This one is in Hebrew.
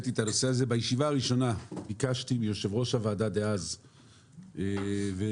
בישיבה הראשונה ביקשתי מיושב-ראש הוועדה להקים